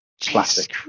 Classic